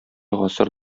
гасыр